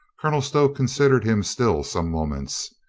colonel stow considered him still some moments.